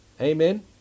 Amen